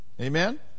amen